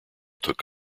took